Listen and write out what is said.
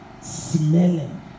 smelling